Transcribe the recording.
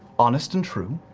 honest and true,